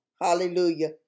hallelujah